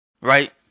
right